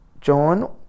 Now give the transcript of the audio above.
John